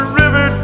river